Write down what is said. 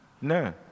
no